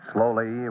Slowly